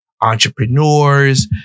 entrepreneurs